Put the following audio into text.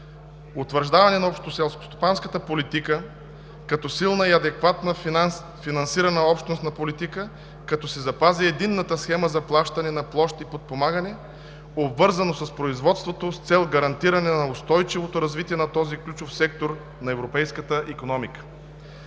утвърждаване на Общата селскостопанска политика като силна и адекватно финансирана общностна политика, като се запази единната схема за плащане на площ и подпомагане, обвързано с производството с цел гарантиране на устойчивото развитие на този ключов сектор на европейската икономика.